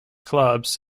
clubs